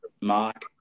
Mark